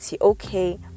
okay